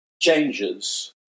changes